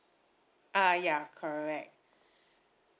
ah ya correct